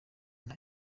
nta